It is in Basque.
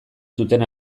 zuten